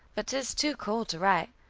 but tis too cold to write.